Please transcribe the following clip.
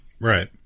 right